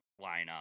lineup